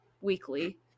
weekly